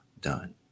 done